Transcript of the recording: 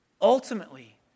ultimately